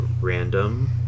random